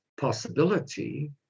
possibility